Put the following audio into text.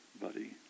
buddy